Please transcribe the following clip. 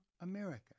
America